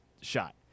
shot